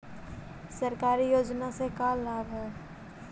सरकारी योजना से का लाभ है?